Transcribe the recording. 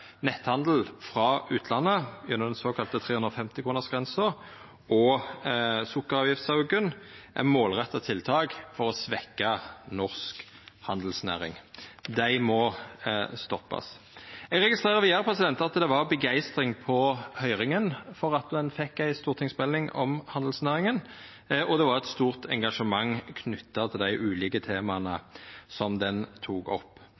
netthandel frå utlandet gjennom den såkalla 350-kronersgrensa og sukkeravgiftsauken, er målretta tiltak for å svekkja norsk handelsnæring. Det må stoppast. Eg registrerer vidare at det var begeistring i høyringa over at me fekk ei stortingsmelding om handelsnæringa, og det var eit stort engasjement knytt til dei ulike temaa meldinga tok opp.